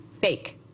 fake